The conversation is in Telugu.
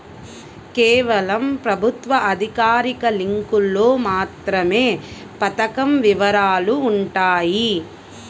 కేవలం ప్రభుత్వ అధికారిక లింకులో మాత్రమే పథకం వివరాలు వుంటయ్యి